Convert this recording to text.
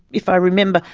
if i remember,